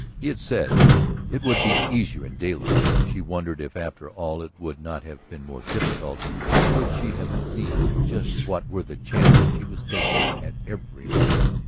he had said it would be easier in daylight she wondered if after all it would not have been more difficult could she have seen just what were the chances she was taking at every moment.